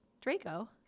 Draco